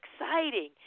exciting